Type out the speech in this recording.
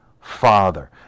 Father